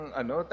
ano